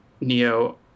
neo